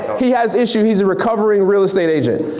he has issues, he's a recovering real estate agent.